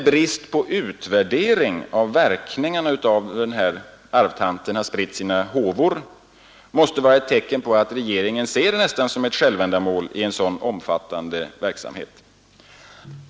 Bristen på utvärdering av verkningar av hur denna arvtant spritt sina håvor måste vara ett tecken på att regeringen ser ett självändamål i en omfattande sådan verksamhet.